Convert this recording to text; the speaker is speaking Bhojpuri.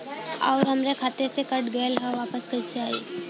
आऊर हमरे खाते से कट गैल ह वापस कैसे आई?